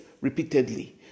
repeatedly